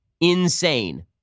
Insane